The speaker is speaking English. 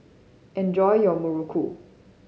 enjoy your muruku